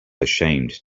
ashamed